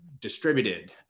distributed